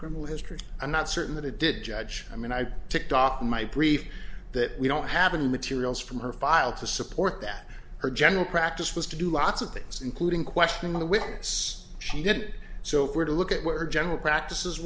criminal history i'm not certain that it did judge i mean i ticked off in my brief that we don't have an materials from her file to support that her general practice was to do lots of things including questioning the witness she did so if we're to look at where general practices